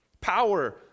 Power